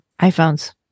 iPhones